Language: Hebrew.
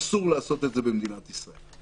אסור לעשות את זה במדינת ישראל.